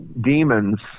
demons